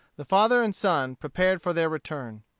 the father and son prepared for their return.